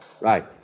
Right